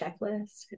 checklist